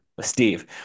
Steve